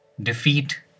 Defeat